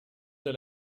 der